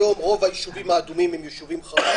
ורוב היישובים האדומים היום הם יישובים חרדיים.